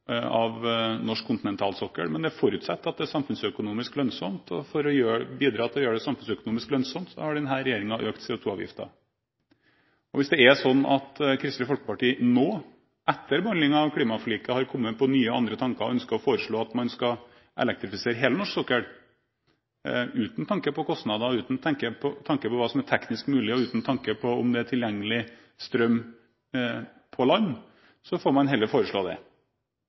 norsk kontinentalsokkel, men det forutsetter at det er samfunnsøkonomisk lønnsomt. For å bidra til å gjøre det samfunnsøkonomisk lønnsomt har denne regjeringen økt CO2-avgiften. Hvis det er slik at Kristelig Folkeparti nå, etter behandlingen av klimaforliket, har kommet på nye, andre tanker og ønsker å foreslå at man skal elektrifisere hele norsk sokkel, uten tanke på kostnader, uten tanke på hva som er teknisk mulig, og uten tanke på om det er tilgjengelig strøm på land, får man heller foreslå det.